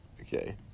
Okay